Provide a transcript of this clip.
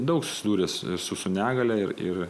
daug susidūręs su su negalia ir ir